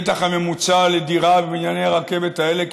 השטח הממוצע לדירה בבנייני הרכבת האלה,